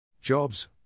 Jobs